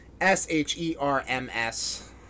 S-H-E-R-M-S